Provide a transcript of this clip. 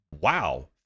wow